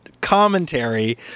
commentary